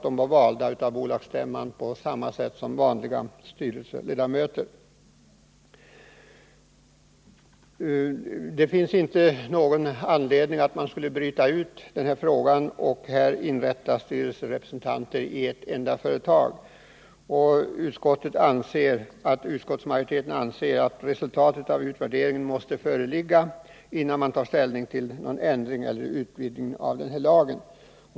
De var valda av bolagsstämman på samma sätt som övriga styrelseledamöter. Det finns ingen anledning att bryta ut denna fråga och införa statlig styrelserepresentation i ett enda företag. Utskottsmajoriteten anser att resultatet av utvärderingen måste föreligga innan vi tar ställning till en ändring eller en utvidgning av lagen.